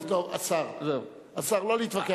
השר, לא להתווכח.